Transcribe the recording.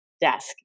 desk